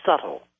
subtle